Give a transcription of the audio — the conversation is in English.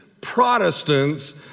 Protestants